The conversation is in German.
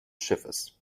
schiffes